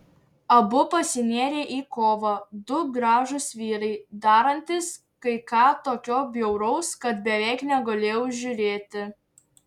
abu pasinėrė į kovą du gražūs vyrai darantys kai ką tokio bjauraus kad beveik negalėjau žiūrėti